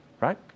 right